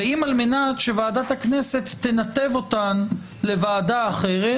ואם על מנת שוועדת הכנסת תנתב אותן לוועדה אחרת,